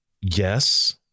Yes